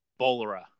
Bolera